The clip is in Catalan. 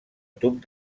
tub